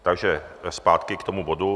Takže zpátky k tomu bodu.